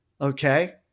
okay